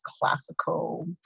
classical